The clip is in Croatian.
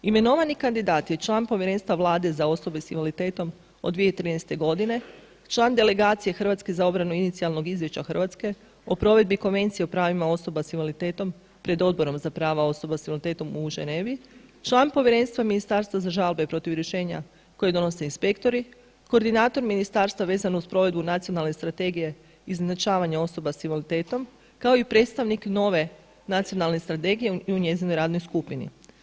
Imenovani kandidat je član Povjerenstva Vlade za osobe s invaliditetom od 2013. godine, član delegacije Hrvatske za obranu inicijalnog izvješća Hrvatske o provedbi Konvencije o pravima osoba s invaliditetom, pred Odborom za prava osoba s invaliditetom u Ženevi, član Povjerenstva ministarstva za žalbe protiv rješenja koje donose inspektori, koordinator ministarstva vezano uz provedbu Nacionalne strategije izjednačavanja osoba s invaliditetom, kao i predstavnik nove Nacionalne strategije u njezinoj radnoj skupini.